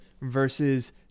versus